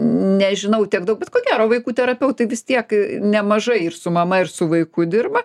nežinau tiek daug bet ko gero vaikų terapeutai vis tiek nemažai ir su mama ir su vaiku dirba